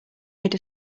made